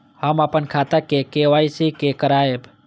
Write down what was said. हम अपन खाता के के.वाई.सी के करायब?